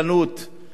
לא לפני זה,